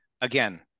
again